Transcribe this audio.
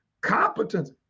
competence